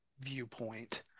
viewpoint